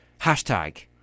Hashtag